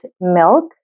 milk